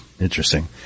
interesting